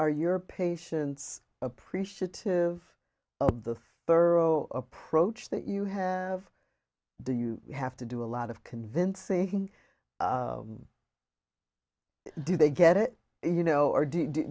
are your patients appreciative of the thorough approach that you have do you have to do a lot of convincing do they get it you know or do